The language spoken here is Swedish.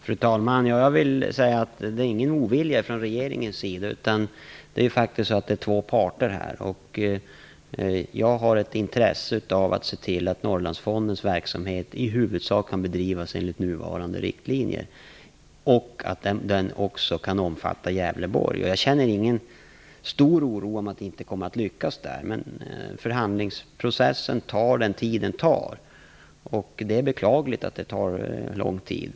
Fru talman! Det är inte fråga om en ovilja från regeringens sida. Det finns faktiskt två parter här. Jag har intresse av att se till att Norrlandsfondens verksamhet i huvudsak kan bedrivas enligt nuvarande riktlinjer och att den också kan omfatta Gävleborgs län. Jag känner inte en stor oro för att det inte kommer att lyckas. Förhandlingsprocessen tar sin tid. Det är beklagligt att det här tar lång tid.